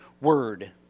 word